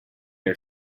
are